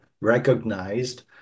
recognized